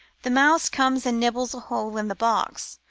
the mouse comes and nibbles a hole in the box,